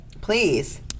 Please